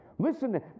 Listen